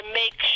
make